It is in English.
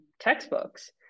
textbooks